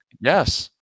Yes